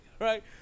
Right